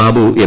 Babu M